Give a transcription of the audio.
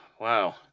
wow